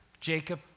Jacob